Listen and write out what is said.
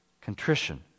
Contrition